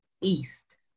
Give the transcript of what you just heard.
east